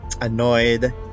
annoyed